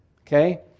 okay